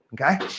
Okay